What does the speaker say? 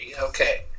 Okay